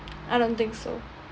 I don't think so